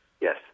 Yes